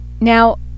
now